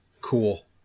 Cool